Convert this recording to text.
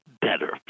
better